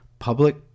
Public